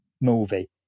movie